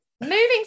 Moving